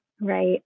Right